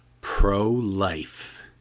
pro-life